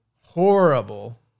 Horrible